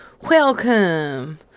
Welcome